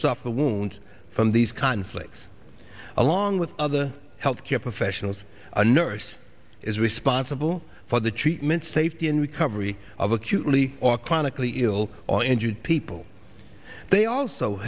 suffer a wound from these conflicts along with other health care professionals a nurse is responsible for the treatment safety and recovery of acutely or chronically ill or injured people they also